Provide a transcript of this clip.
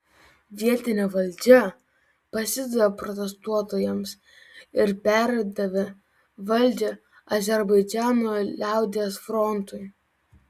vietinė valdžia pasidavė protestuotojams ir perdavė valdžią azerbaidžano liaudies frontui